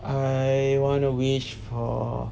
I wanna wish for